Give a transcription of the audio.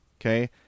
Okay